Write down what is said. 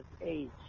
age